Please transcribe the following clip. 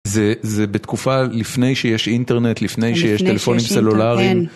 זה זה בתקופה לפני שיש אינטרנט, לפני שיש טלפונים סלולריים לפני שיש אינטר...כן